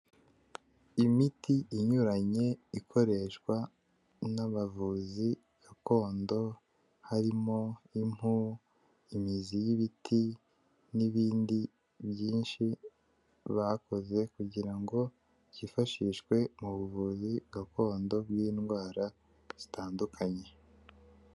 Imiti inyuranye ikoreshwa n'abavuzi gakondo, harimo impu, imizi y'ibiti, n'ibindi byinshi bakoze kugira ngo byifashishwe mu buvuzi gakondo bw'indwara zitandukanye.